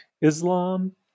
Islam